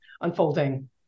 unfolding